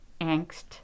angst